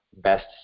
best